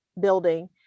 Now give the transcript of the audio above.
building